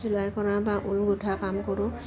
চিলাই কৰা বা ঊল গোঁঠা কাম কৰোঁ